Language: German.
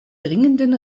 dringenden